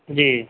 ਜੀ